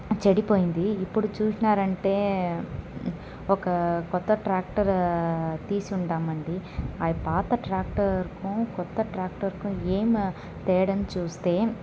చెడిపోయింది ఇప్పుడు చూసినారంటే ఒక కొత్త ట్రాక్టర్ తీసుండాము అండి అది పాత ట్రాక్టర్కు కొత్త ట్రాక్టర్కు ఏం తేడా అని చూస్తే